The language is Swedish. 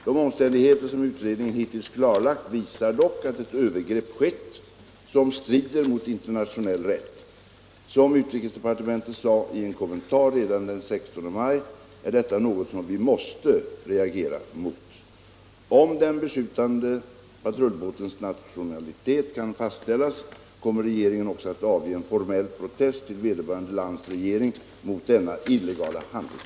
De omständigheter som utredningen hittills klarlagt visar dock att ett övergrepp skett som strider mot internationell rätt. Som utrikesdepartementet sade i en kommentar redan den 16 maj är detta något som vi måste reagera mot. Om den beskjutande patrullbåtens nationalitet kan fastställas kommer regeringen också att avge en formell protest till vederbörande lands regering mot denna illegala handling.